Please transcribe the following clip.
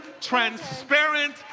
transparent